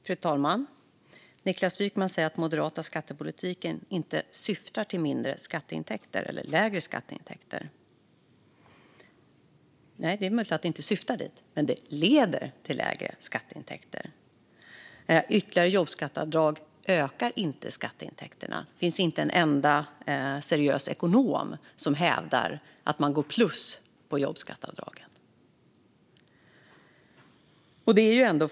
Fru talman! Niklas Wykman säger att den moderata skattepolitiken inte syftar till lägre skatteintäkter. Nej, det är möjligt att den inte syftar dit, men den leder till lägre skatteintäkter. Ytterligare jobbskatteavdrag ökar inte skatteintäkterna. Det finns inte en enda seriös ekonom som hävdar att man går plus på jobbskatteavdragen.